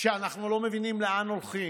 שאנחנו לא מבינים לאן הן הולכות,